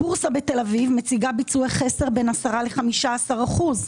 הבורסה בתל אביב מציגה ביצועי חסר של בין 10% ל-15% השנה.